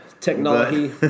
Technology